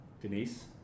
Denise